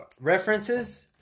references